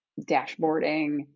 dashboarding